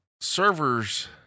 servers